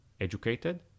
educated